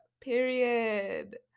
period